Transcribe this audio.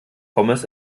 pommes